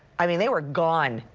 i mean, they were gone.